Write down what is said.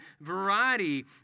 variety